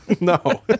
No